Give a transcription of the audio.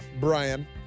Brian